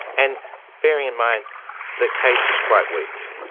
and bearing in mind the case was quite weak.